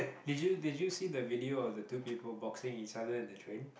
did you did you see the video of the two people boxing each other in the train